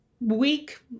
week